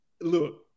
Look